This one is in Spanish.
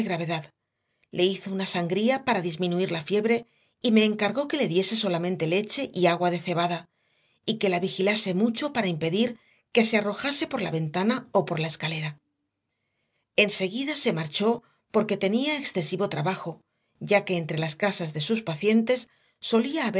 gravedad le hizo una sangría para disminuir la fiebre y me encargó que le diese solamente leche y agua de cebada y que la vigilase mucho para impedir que se arrojase por la ventana o por la escalera enseguida se marchó porque tenía excesivo trabajo ya que entre las casas de sus pacientes solía